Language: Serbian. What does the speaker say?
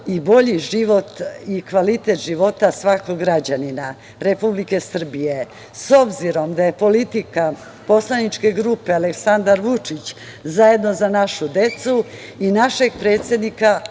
i bolji život i kvalitet života svakog građanina Republike Srbije.S obzirom da je politika poslaničke grupe Aleksandar Vučić – Za našu decu i predsednika